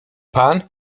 pan